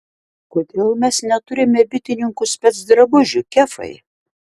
kodėl mes neturime bitininkų specdrabužių kefai